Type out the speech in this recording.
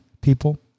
people